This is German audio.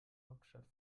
hauptstadt